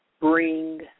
bring